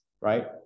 right